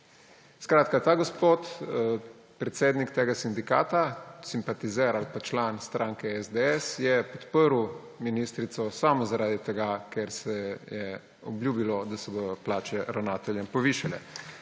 Skratka, ta gospod, predsednik tega sindikata, simpatizer ali član stranke SDS, je podprl ministrico samo zaradi tega, ker se je obljubilo, da se bodo plače ravnateljem povišale.